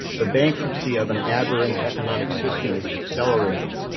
the bankruptcy of an aberrant economic system is accelerating.